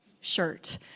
shirt